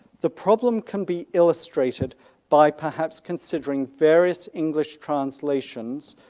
the problem can be illustrated by perhaps considering various english translations,